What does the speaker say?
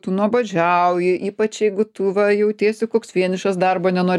tu nuobodžiauji ypač jeigu tu va jautiesi koks vienišas darbo nenori